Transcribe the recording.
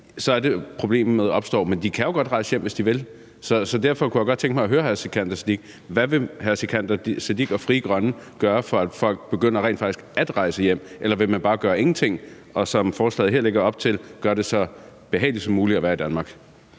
er det, at problemet opstår. Men de kan jo godt rejse hjem, hvis de vil. Så derfor kunne jeg godt tænke mig at høre hr. Sikandar Siddique: Hvad vil hr. Sikandar Siddique og Frie Grønne gøre for, at folk rent faktisk begynder at rejse hjem, eller vil man bare gøre ingenting, og, som forslaget her lægger op til, gøre det så behageligt som muligt at være i Danmark?